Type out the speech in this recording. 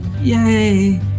Yay